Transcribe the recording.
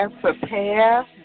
prepare